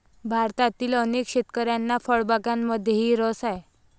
भारतातील अनेक शेतकऱ्यांना फळबागांमध्येही रस आहे